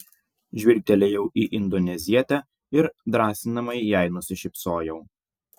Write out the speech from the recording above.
žvilgtelėjau į indonezietę ir drąsinamai jai nusišypsojau